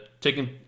taking